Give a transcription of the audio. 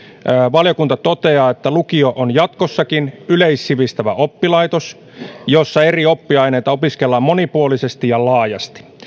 valiokunta toteaa että lukio on jatkossakin yleissivistävä oppilaitos jossa eri oppiaineita opiskellaan monipuolisesti ja laajasti